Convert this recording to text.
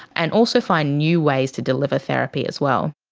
and also finding new ways to deliver therapy as well.